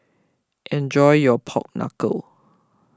enjoy your Pork Knuckle